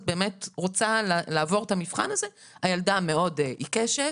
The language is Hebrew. את באמת רוצה לעבור את המבחן הזה?.." הילדה מאוד עיקשת,